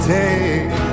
take